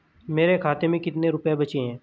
मेरे खाते में कितने रुपये बचे हैं?